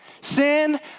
Sin